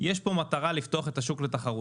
יש פה מטרה לפתוח את השוק לתחרות.